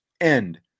end